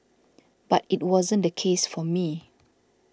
but it wasn't the case for me